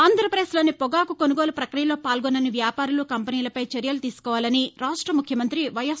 ఆంధ్రప్రదేశ్ లోని పొగాకు కొనుగోలు పక్రియలో పాల్గొనని వ్యాపారులు కంపెనీలపై చర్యలు తీసుకోవాలని రాక్ష ముఖ్యమంత్రి వైఎస్